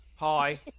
Hi